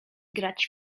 grać